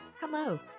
Hello